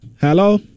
Hello